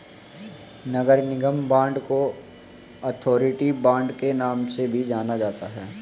नगर निगम बांड को authority bond के नाम से भी जाना जाता है